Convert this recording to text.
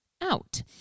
out